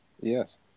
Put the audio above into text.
Yes